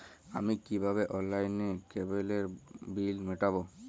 আমি কিভাবে অনলাইনে কেবলের বিল মেটাবো?